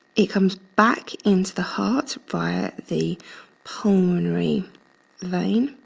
it comes back into the heart via the pulmonary vein,